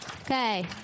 Okay